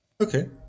Okay